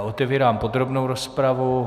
Otevírám podrobnou rozpravu.